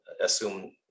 assume